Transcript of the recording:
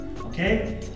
okay